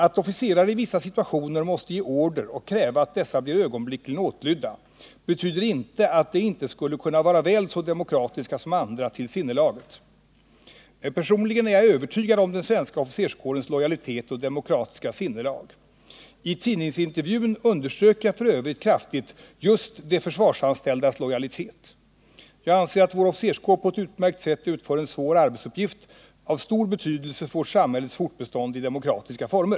Att officerare i vissa situationer måste ge order och kräva att dessa blir ögonblickligen åtlydda betyder inte att de inte skulle kunna vara väl så demokratiska som andra till sinnelaget. Personligen är jag övertygad om den svenska officerskårens lojalitet och demokratiska sinnelag. I tidningsintervjun underströk jag f. ö. kraftigt just de försvarsanställdas lojalitet. Jag anser att vår officerskår på ett utmärkt sätt utför en svår arbetsuppgift av stor betydelse för vårt samhälles fortbestånd i demokratiska former.